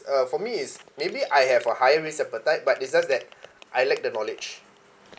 uh for me is maybe I have a higher risk appetite but it's just that I lack the knowledge